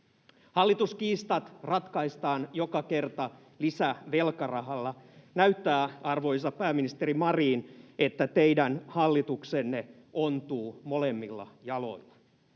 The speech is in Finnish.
Hallituskiistat ratkaistaan joka kerta lisävelkarahalla. Näyttää siltä, arvoisa pääministeri Marin, että teidän hallituksenne ontuu molemmilla jaloilla.